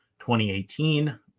2018